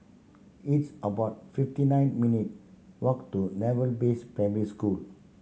it's about fifty nine minute walk to Naval Base Primary School